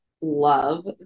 love